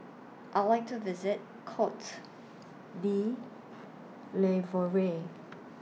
I Would like to visit Cote D'Ivoire